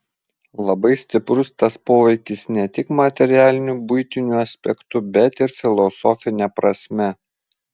labai stiprus tas poveikis ne tik materialiniu buitiniu aspektu bet ir filosofine prasme